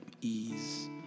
ease